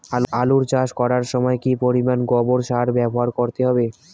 আলু চাষ করার সময় কি পরিমাণ গোবর সার ব্যবহার করতে হবে?